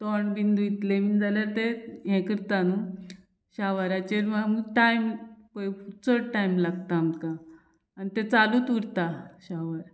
तोंड बीन धुयतले बीन जाल्यार ते हे करता न्हू शावराचेर आमकां टायम पय चड टायम लागता आमकां आनी ते चालूच उरता शावर